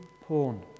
porn